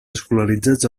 escolaritzats